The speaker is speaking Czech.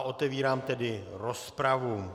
Otevírám tedy rozpravu.